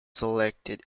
selected